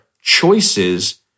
choices